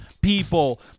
people